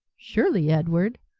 surely, edward,